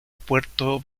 puerto